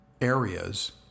areas